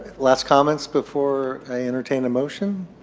last comments before i entertain the motion?